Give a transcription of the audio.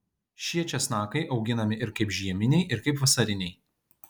šie česnakai auginami ir kaip žieminiai ir kaip vasariniai